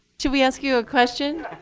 should we ask you a question?